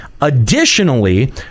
Additionally